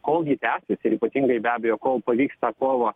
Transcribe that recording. kol ji tęsis ir ypatingai be abejo kol pavyks tą kovą